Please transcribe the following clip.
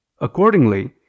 Accordingly